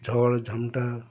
ঝড় ঝাপটা